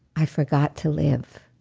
i forgot to live.